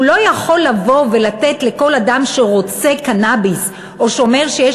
הוא לא יכול לבוא ולתת לכל אדם שרוצה קנאביס או שאומר שיש